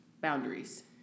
boundaries